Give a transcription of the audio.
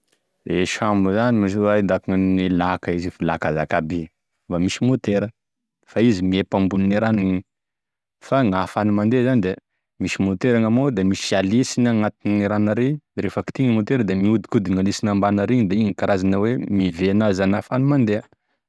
E sambo zany mesaoa da akô gnanin'e laka izy io fa laka zakabe fa misy motera fa izy miempo ambonin'e rano gnegny fa gnafahany mandeha zany da misy motera gnamign'ao, da misy alisy gn'atigne ranony ary, da raha kitihy e motera da miodikodiny alisiny ambany ary da igny e karazana hoe miveha anazy ahafany mandeha.